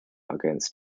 against